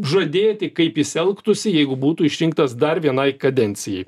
žadėti kaip jis elgtųsi jeigu būtų išrinktas dar vienai kadencijai